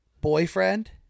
boyfriend